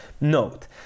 note